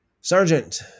Sergeant